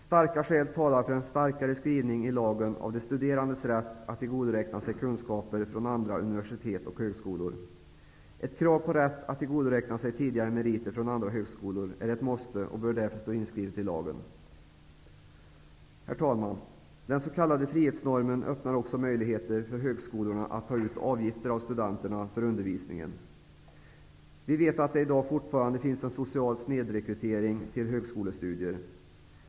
Starka skäl talar för en starkare skrivning i lagen för de studerandes rätt att tillgodoräkna sig kunskaper från andra universitet och högskolor. Ett krav på rätt att tillgodoräkna sig tidigare meriter från andra högskolor är ett måste och bör därför stå inskrivet i lagen. Herr talman! Den s.k. frihetsnormen öppnar också möjligheter för högskolorna att ta ut avgifter av studenterna för undervisningen. Vi vet att det i dag fortfarande finns en social snedrekrytering till högskolestudier.